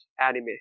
anime